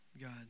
God